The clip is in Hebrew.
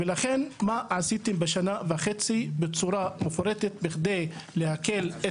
מה עשיתם בשנה וחצי בצורה מפורטת בכדי להקל על